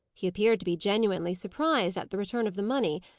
he appeared to be genuinely surprised at the return of the money,